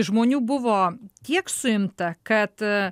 žmonių buvo tiek suimta kad